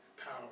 power